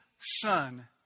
son